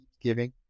giving